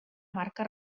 marca